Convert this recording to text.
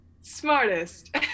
Smartest